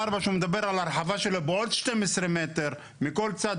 שהוא מדבר על ההרחבה שלו בעוד 12 מטר מכל צד,